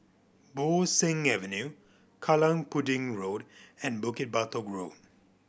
Bo Seng Avenue Kallang Pudding Road and Bukit Batok Road